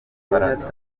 mbaraga